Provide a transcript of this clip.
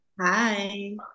Hi